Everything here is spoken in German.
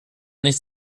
nicht